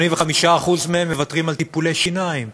85% מהם מוותרים על טיפולי שיניים.